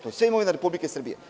To je sve imovina Republike Srbije.